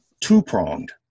two-pronged